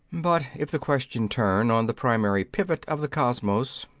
but if the question turn on the primary pivot of the cosmos,